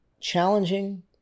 challenging